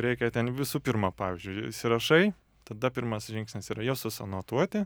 reikia ten visų pirma pavyzdžiui įsirašai tada pirmas žingsnis yra juos susianotuoti